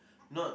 not